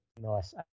Nice